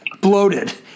bloated